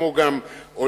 כמו גם עולים,